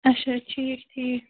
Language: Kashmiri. اَچھا ٹھیٖک ٹھیٖک